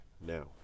now